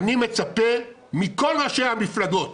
אני מצפה מכל ראשי המפלגות